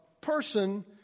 person